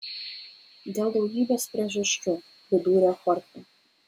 dėl daugybės priežasčių pridūrė chorchė